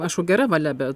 aišku gera valia bet